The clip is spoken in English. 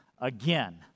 Again